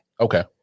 Okay